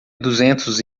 duzentos